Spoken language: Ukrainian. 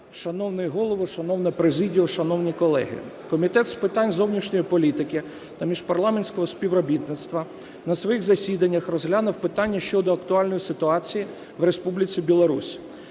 Шановний Голово, шановна президія, шановні колеги! Комітет з питань зовнішньої політики та міжпарламентського співробітництва на своїх засіданнях розглянув питання щодо актуальної ситуації в Республіці Білорусь,